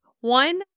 one